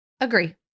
agree